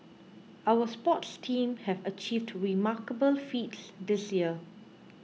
our sports teams have achieved remarkable feats this year